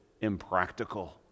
impractical